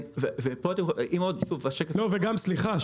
סליחה,